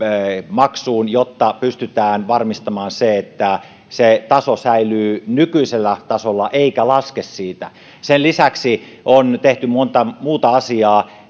maksuun jotta pystytään varmistamaan se että se säilyy nykyisellä tasolla eikä laske siitä sen lisäksi on tehty monta muuta asiaa